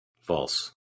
false